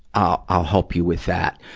i'll, i'll help you with that.